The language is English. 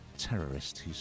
Terrorist